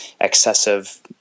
excessive